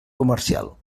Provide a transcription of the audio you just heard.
comercial